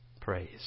praise